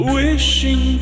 wishing